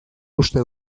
uste